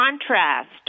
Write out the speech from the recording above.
contrast